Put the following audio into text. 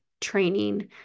training